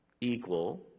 equal